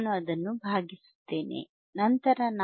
ನಾನು ಅದನ್ನು ಭಾಗಿಸುತ್ತೇನೆ ನಂತರ ನಾನು 0